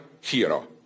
hero